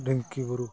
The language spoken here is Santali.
ᱰᱷᱤᱝᱠᱤ ᱵᱩᱨᱩ